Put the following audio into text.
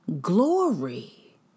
Glory